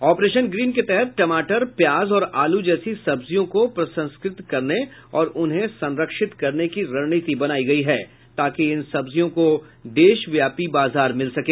operation green के तहत टमाटर प्याज और आलू जैसी सब्जियों को प्रसंस्कृत करने और उन्हें संरक्षित करने की रणनीति बनायी गयी है ताकि इन सब्जियों को देशव्यापी बाजार मिल सके